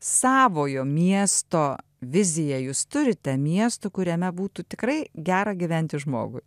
savojo miesto viziją jūs turite miesto kuriame būtų tikrai gera gyventi žmogui